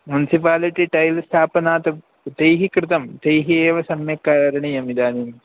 municipality टैल् स्थापनात् तैः कृतं तैः एव सम्यक् करणीयम् इदानीम्